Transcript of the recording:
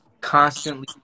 constantly